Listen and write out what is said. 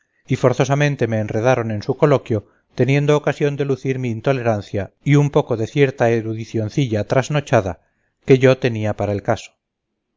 y forzosamente me enredaron en su coloquio teniendo ocasión de lucir mi intolerancia y un poco de cierta erudicioncilla trasnochada que yo tenía para el caso